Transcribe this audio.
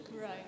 Right